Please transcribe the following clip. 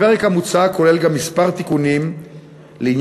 הפרק המוצע כולל גם מספר תיקונים לעניין